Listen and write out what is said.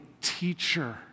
teacher